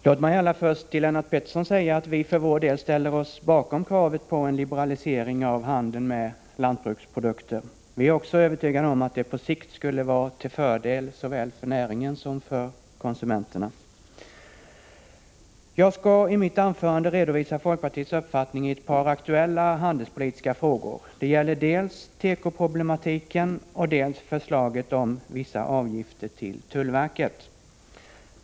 Herr talman! Låt mig först till Lennart Pettersson säga att vi för vår del ställer oss bakom kravet på en liberalisering av handeln med jordbruksprodukter. Vi är också övertygade om att det på sikt skulle vara till fördel såväl för näringen som för konsumenterna. Jag skall i mitt anförande redovisa folkpartiets uppfattning i ett par aktuella handelspolitiska frågor. Det gäller dels tekoproblematiken, dels förslaget om vissa avgifter till tullverket.